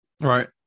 Right